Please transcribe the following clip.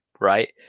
right